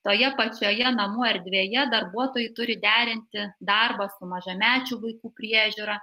toje pačioje namo erdvėje darbuotojai turi derinti darbą su mažamečių vaikų priežiūra